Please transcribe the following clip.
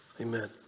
amen